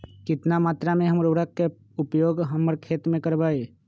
कितना मात्रा में हम उर्वरक के उपयोग हमर खेत में करबई?